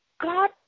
God